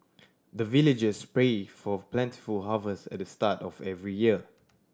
the villagers pray for plentiful harvest at the start of every year